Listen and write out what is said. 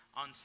on